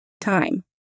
time